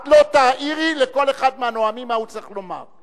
את לא תעירי לכל אחד מהנואמים מה הוא צריך לומר.